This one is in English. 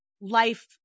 life